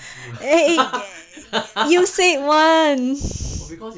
eh eh you said [one]